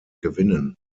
gewinnen